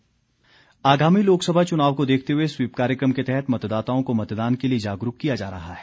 SVEEP कार्यक्रम आगामी लोकसभा चुनाव को देखते हुए स्वीप कार्यक्रम के तहत मतदाताओं को मतदान के लिए जागरूक किया जा रहा है